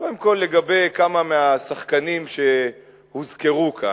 קודם כול, לגבי כמה מהשחקנים שהוזכרו כאן,